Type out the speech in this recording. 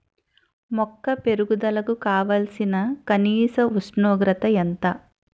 మొక్క పెరుగుదలకు కావాల్సిన కనీస ఉష్ణోగ్రత ఎంత?